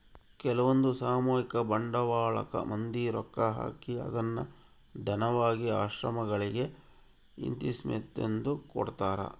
ಕೆಲ್ವಂದು ಸಾಮೂಹಿಕ ಬಂಡವಾಳಕ್ಕ ಮಂದಿ ರೊಕ್ಕ ಹಾಕಿ ಅದ್ನ ದಾನವಾಗಿ ಆಶ್ರಮಗಳಿಗೆ ಇಂತಿಸ್ಟೆಂದು ಕೊಡ್ತರಾ